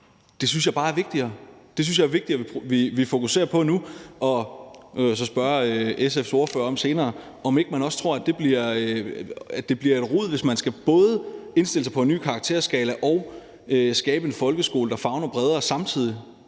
synes jeg bare er vigtigere. Jeg synes, det er vigtigere, at vi fokuserer på det nu. Jeg vil så senere spørge SF's ordfører om, om ikke også man tror, at det bliver noget rod, hvis man både skal indstille sig på en ny karakterskala og samtidig skabe en folkeskole, der favner bredere.